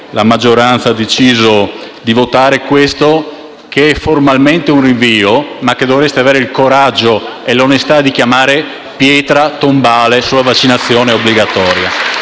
la maggioranza ha deciso di votare l'emendamento in esame, che formalmente è un rinvio, ma che dovreste avere il coraggio e l'onestà di chiamare pietra tombale sulla vaccinazione obbligatoria.